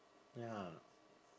ya